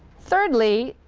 thirdly,